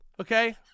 Okay